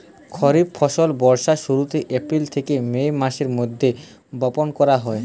খরিফ ফসল বর্ষার শুরুতে, এপ্রিল থেকে মে মাসের মধ্যে বপন করা হয়